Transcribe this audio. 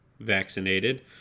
vaccinated